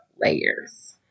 layers